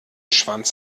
schwanz